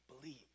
believe